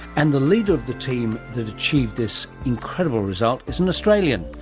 and the leader of the team that achieved this incredible result is an australian,